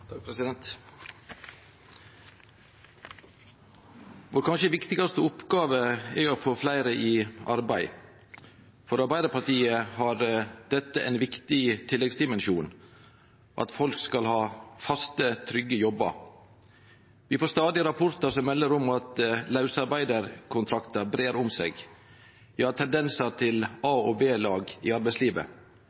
har dette ein viktig tilleggsdimensjon, at folk skal ha faste, trygge jobbar. Vi får stadig rapportar som melder om at lausarbeidarkontraktar brer om seg. Vi har tendensar til A- og B-lag i arbeidslivet,